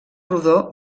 rodó